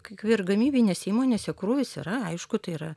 k kai ir gamybinėse įmonėse krūvis yra aišku tai yra